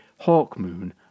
Hawkmoon